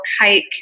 hike